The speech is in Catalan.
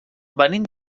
venim